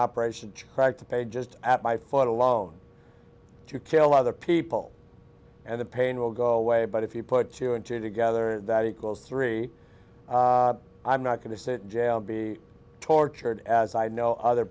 operation to crack to pay just at my photo alone to kill other people and the pain will go away but if you put two and two together that equals three i'm not going to jail be tortured as i know other